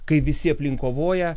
kai visi aplink kovoję